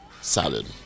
salad